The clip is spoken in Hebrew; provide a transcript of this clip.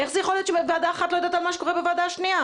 איך זה יכול להיות שוועדה אחת לא יודעת מה שקורה בוועדה שנייה?